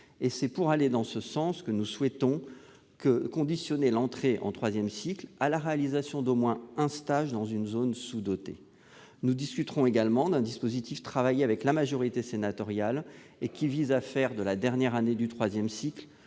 C'est pour aller dans ce sens que nous proposons de conditionner l'entrée en troisième cycle à la réalisation d'au moins un stage dans une zone sous-dotée. Nous discuterons également d'un dispositif travaillé avec la majorité sénatoriale et qui vise à faire de la dernière année du troisième cycle